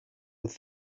with